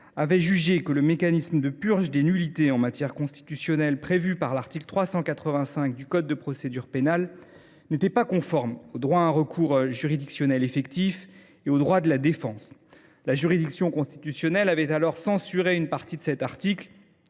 avait jugé que le mécanisme de purge des nullités en matière constitutionnelle prévue par l’article 385 du code de procédure pénale n’était pas conforme au droit à un recours juridictionnel effectif et aux droits de la défense. La juridiction constitutionnelle avait alors censuré une partie de cet article,